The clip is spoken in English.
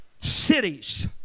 cities